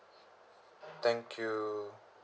thank you